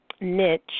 niche